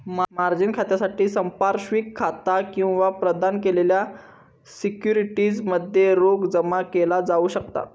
margin खात्यासाठी संपार्श्विक खाता किंवा प्रदान केलेल्या सिक्युरिटीज मध्ये रोख जमा केला जाऊ शकता